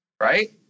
Right